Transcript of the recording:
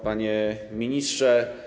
Panie Ministrze!